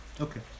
Okay